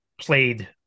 played